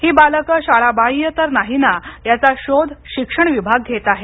ही बालके शाळाबाह्य तर नाही ना याचा शोध शिक्षण विभाग घेत आहे